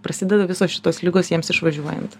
prasideda visos šitos ligos jiems išvažiuojant